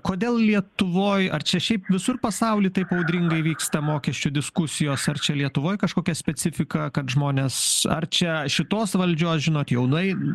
kodėl lietuvoj ar čia šiaip visur pasauly taip audringai vyksta mokesčių diskusijos ar čia lietuvoj kažkokia specifika kad žmonės ar čia šitos valdžios žinot jaunai